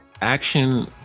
action